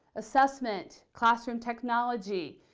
assessment, classroom technology,